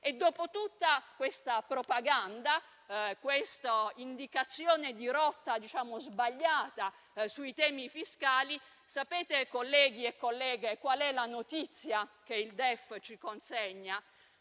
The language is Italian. Dopo tutta questa propaganda, questa indicazione di rotta sbagliata sui temi fiscali, sapete, colleghi e colleghe, qual è la notizia che il DEF ci consegna?